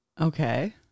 Okay